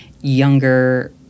younger